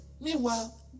Meanwhile